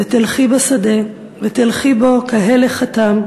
ותלכי בשדה, ותלכי בו כהלך התם.